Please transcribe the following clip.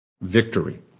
victory